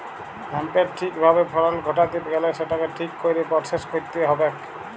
হ্যাঁম্পের ঠিক ভাবে ফলল ঘটাত্যে গ্যালে সেটকে ঠিক কইরে পরসেস কইরতে হ্যবেক